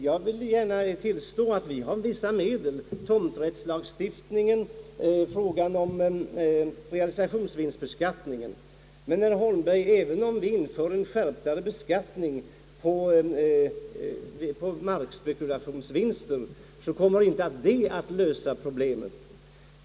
Jag vill gärna tillstå att vi har vissa medel, såsom <tomträttslagstiftningen och realisationsvinstbeskattningen, men även om vi inför en skärpt beskattning på markspekulationsvinster kommer vi därmed inte att lösa problemet.